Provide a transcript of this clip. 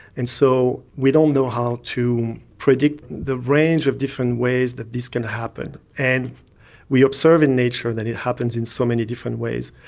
and so we don't know how to predict the range of different ways that this can happen. and we observe in nature that it happens in so many different ways.